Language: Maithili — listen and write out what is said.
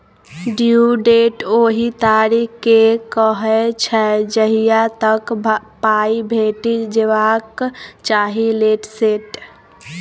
ड्यु डेट ओहि तारीख केँ कहय छै जहिया तक पाइ भेटि जेबाक चाही लेट सेट